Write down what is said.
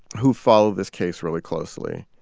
who follow this case really closely,